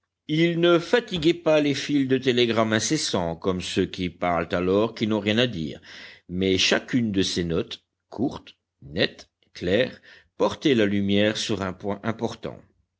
il ne fatiguait pas les fils de télégrammes incessants comme ceux qui parlent alors qu'ils n'ont rien à dire mais chacune de ses notes courtes nettes claires portait la lumière sur un point important